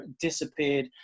disappeared